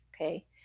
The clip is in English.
Okay